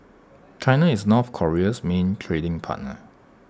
China is north Korea's main trading partner